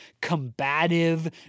combative